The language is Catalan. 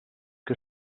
que